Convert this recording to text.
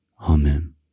Amen